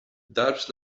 darbs